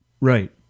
Right